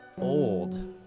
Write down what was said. old